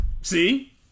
See